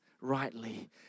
rightly